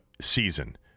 season